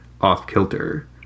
off-kilter